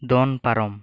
ᱫᱚᱱ ᱯᱟᱨᱚᱢ